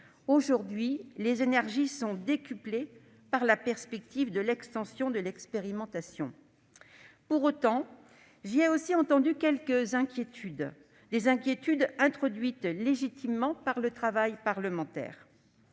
Aujourd'hui, les énergies sont décuplées par la perspective de l'extension de l'expérimentation. Pour autant, j'ai aussi entendu exprimer quelques inquiétudes, inspirées légitimement par le travail parlementaire.